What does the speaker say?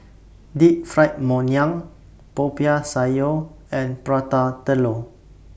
Deep Fried Ngoh Hiang Popiah Sayur and Prata Telur